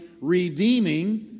Redeeming